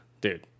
Dude